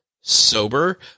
sober